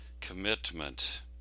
Commitment